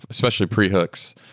especially pre-hooks,